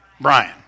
Brian